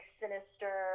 sinister